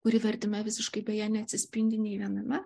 kuri vertime visiškai beje neatsispindi nei viename